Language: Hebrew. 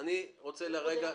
אני לא רוצה להתייחס לאישור מסירה.